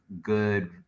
good